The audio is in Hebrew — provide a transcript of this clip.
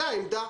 זו העמדה.